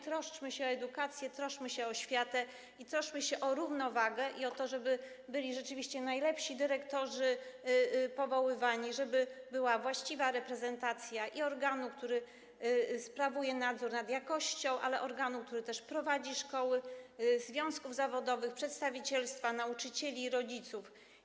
Troszczmy się o edukację, troszczmy się o oświatę, troszczmy się o równowagę i o to, żeby rzeczywiście najlepsi dyrektorzy byli powoływani, żeby była właściwa reprezentacja i organu, który sprawuje nadzór nad jakością, i organu, który prowadzi szkoły, związków zawodowych, przedstawicielstwa nauczycieli i rodziców.